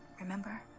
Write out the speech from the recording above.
Remember